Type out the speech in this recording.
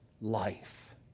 life